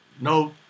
no